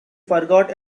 forgot